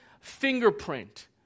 fingerprint